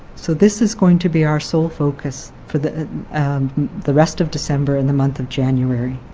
so this is going to be our sole focus for the the rest of december and the month of january